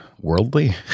worldly